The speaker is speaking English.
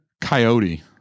Coyote